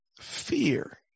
fear